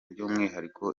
by’umwihariko